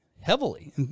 heavily